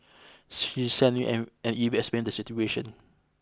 she sent him an an email explaining the situation